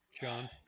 John